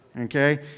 okay